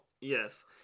Yes